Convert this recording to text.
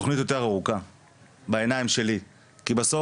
אבל זה תוכנית של מגרשים מוארים שאני בניתי אותה והיא